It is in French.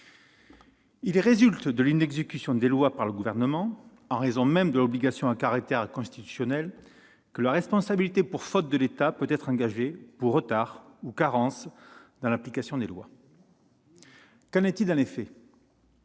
Il résulte de l'inexécution des lois par le Gouvernement, en raison même de l'obligation à caractère constitutionnel qui s'impose à lui, que la responsabilité pour faute de l'État peut être engagée en cas de retard ou de carence dans l'application des lois. Qu'en est-il dans les